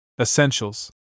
essentials